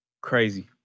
crazy